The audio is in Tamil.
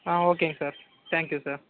ஆ ஓகேங்க சார் தேங்க் யூ சார்